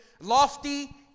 lofty